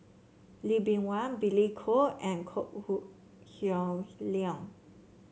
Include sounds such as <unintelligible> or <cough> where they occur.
Lee Bee Wah Billy Koh and Kok <unintelligible> Heng Leun